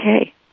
okay